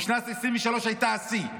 ושנת 2023 הייתה השיא.